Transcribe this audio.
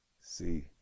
See